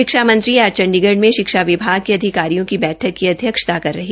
शिक्षा मंत्री आज चंडीगढ़ में शिक्षा विभाग के अधिकारियों की बैठक की अध्यक्षता कर रहे थे